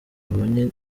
mbonye